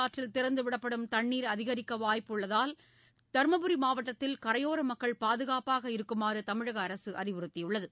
ஆற்றில் திறந்து விடப்படும் தண்ணீர் அதிகரிக்க வாய்ப்புள்ளதால் தருமபுரி காவிரி மாவட்டத்தில் கரையோர மக்கள் பாதுகாப்பாக இருக்குமாறு தமிழக அரசு அறிவுறத்தியுள்ளது